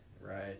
right